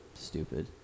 Stupid